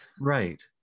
Right